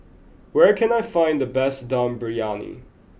where can I find the best Dum Briyani